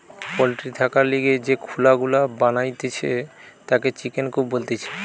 poultry থাকার লিগে যে খুলা গুলা বানাতিছে তাকে চিকেন কূপ বলতিছে